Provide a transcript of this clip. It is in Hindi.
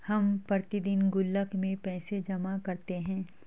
हम प्रतिदिन गुल्लक में पैसे जमा करते है